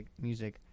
music